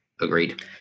Agreed